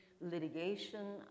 litigation